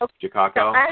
Chicago